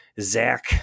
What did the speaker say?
Zach